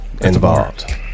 Involved